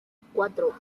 cuatro